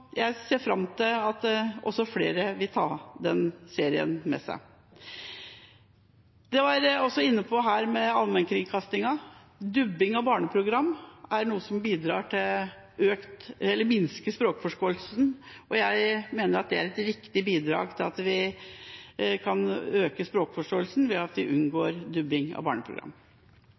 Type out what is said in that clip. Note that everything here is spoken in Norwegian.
Jeg ser fram til at også flere vil ta den serien med seg. En var også inne på dette med allmennkringkastingen. Dubbing av barneprogram er noe som minsker språkforståelsen. Jeg mener at et viktig bidrag til å øke språkforståelsen er at vi unngår dubbing av barneprogram.